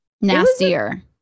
nastier